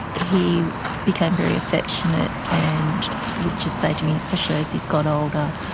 he became very affectionate and would just say to me, especially as he's got older,